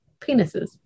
penises